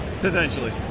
potentially